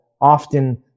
often